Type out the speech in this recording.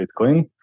Bitcoin